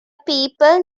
people